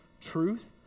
truth